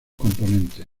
componentes